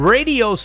Radio